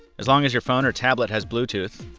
as long as your phone or tablet has bluetooth,